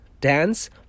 dance